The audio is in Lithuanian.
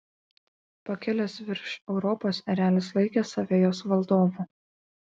pakilęs virš europos erelis laikė save jos valdovu